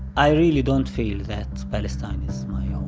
i really don't feel that palestine is my um